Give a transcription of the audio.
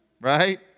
right